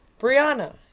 Brianna